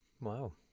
Wow